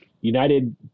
United